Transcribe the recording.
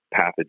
pathogens